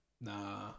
Nah